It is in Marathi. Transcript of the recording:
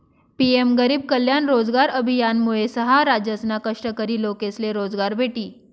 पी.एम गरीब कल्याण रोजगार अभियानमुये सहा राज्यसना कष्टकरी लोकेसले रोजगार भेटी